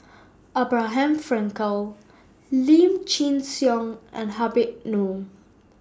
Abraham Frankel Lim Chin Siong and Habib Noh